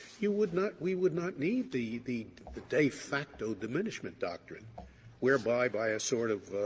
you would not we would not need the the the de facto diminishment doctrine whereby, by a sort of,